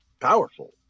powerful